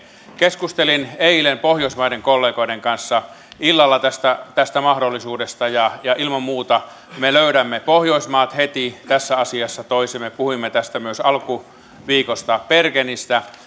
keskustelin eilen pohjoismaiden kollegoiden kanssa illalla tästä tästä mahdollisuudesta ja ja ilman muuta me pohjoismaat löydämme heti tässä asiassa toisemme ja puhuimme tästä myös alkuviikosta bergenissä